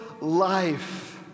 life